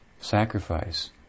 sacrifice